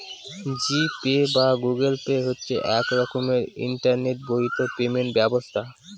জি Pay বা Google Pay হচ্ছে এক রকমের ইন্টারনেট বাহিত পেমেন্ট ব্যবস্থা